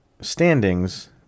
standings